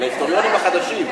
להיסטוריונים החדשים.